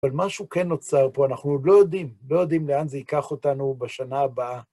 אבל משהו כן נוצר פה, אנחנו עוד לא יודעים, לא יודעים לאן זה ייקח אותנו בשנה הבאה.